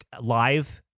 live